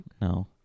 no